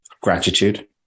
gratitude